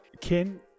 Ken